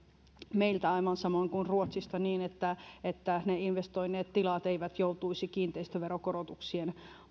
meillä aivan samoin kuin ruotsissa niin että että investoineet tilat eivät joutuisi kiinteistöverokorotuksien